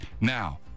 now